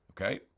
okay